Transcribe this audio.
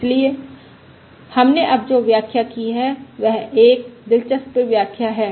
इसलिए हमने अब जो व्याख्या की है वह एक दिलचस्प व्याख्या है